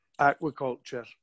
aquaculture